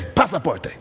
pasaporte,